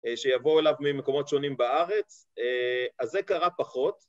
שיבואו אליו ממקומות שונים בארץ, אז זה קרה פחות.